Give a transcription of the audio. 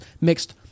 mixed